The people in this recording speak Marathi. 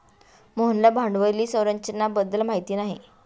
मोहनला भांडवली संरचना बद्दल माहिती नाही